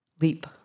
leap